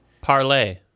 Parlay